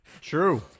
True